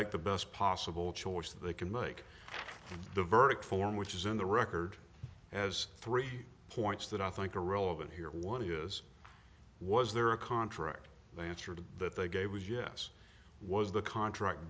make the best possible choice they can make the verdict form which is in the record as three points that i think are relevant here one is was there a contract they answered that they gave was yes was the contract